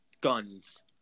guns